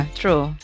true